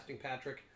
Patrick